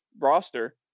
roster